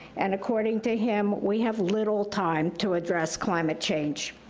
and according to him, we have little time to address climate change.